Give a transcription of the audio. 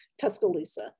Tuscaloosa